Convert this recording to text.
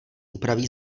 upraví